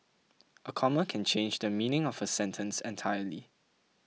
a comma can change the meaning of a sentence entirely